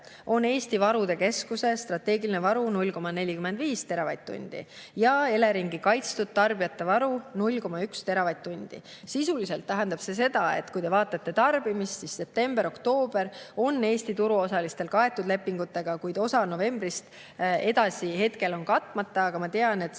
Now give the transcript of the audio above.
on Eesti Varude Keskuse strateegiline varu 0,45 teravatt-tundi ja Eleringi kaitstud tarbijate varu 0,1 teravatt-tundi. Sisuliselt tähendab see seda, et kui te vaatate tarbimist, siis september-oktoober on Eesti turuosalistel kaetud lepingutega, kuid osa novembrist on praegu katmata. Aga ma tean, et